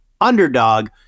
underdog